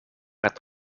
het